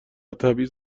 تبعیض